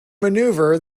maneuver